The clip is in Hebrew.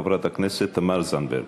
חברת הכנסת תמר זנדברג.